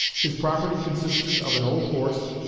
his property consisted of an old horse,